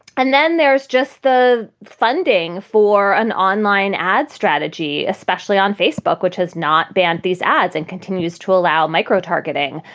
and then there's just the funding for an online ad strategy, especially on facebook, which has not banned these ads and continues to allow micro-targeting,